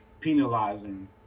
penalizing